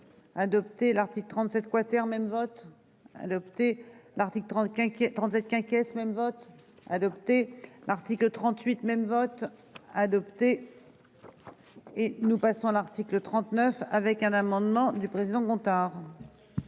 Adopté l'article 37 quater même vote. Adopté l'article 30, quinquet 37, quinquet ce même vote adopté l'article 38 même vote adopté. Et nous passons l'article 39 avec un amendement du président Gontard.--